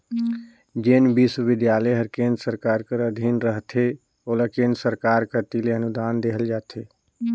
जेन बिस्वबिद्यालय हर केन्द्र सरकार कर अधीन रहथे ओला केन्द्र सरकार कती ले अनुदान देहल जाथे